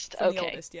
Okay